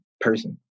person